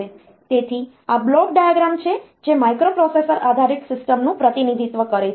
તેથી આ block diagram છે જે માઇક્રોપ્રોસેસર આધારિત સિસ્ટમનું પ્રતિનિધિત્વ કરે છે